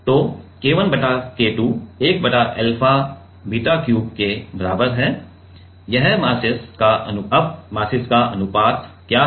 तो K1 बटा K2 1 बटा अल्फा बीटा क्यूब के बराबर है अब मास्सेस का अनुपात क्या है